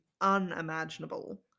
unimaginable